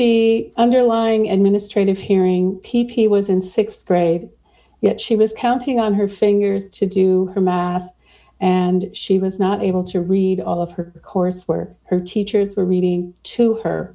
the underlying administrative hearing p p was in th grade yet she was counting on her fingers to do her math and she was not able to read all of her courses for her teachers were reading to her